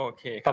Okay